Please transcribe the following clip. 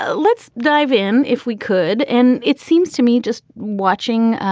let's dive in if we could. and it seems to me just watching